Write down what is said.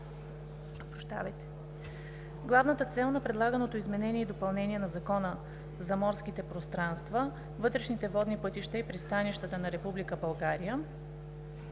Главната цел на предлаганото изменение и допълнение на Закона за морските пространства, вътрешните водни пътища и пристанищата на Република